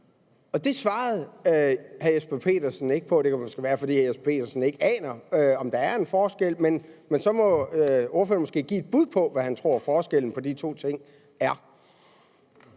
Og det svarede hr. Jesper Petersen ikke på. Det kan måske være, fordi hr. Jesper Petersen ikke aner, om der er en forskel, men så må ordføreren give et bud på, hvad han tror forskellen på de to ting er.